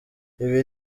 ibi